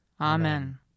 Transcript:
Amen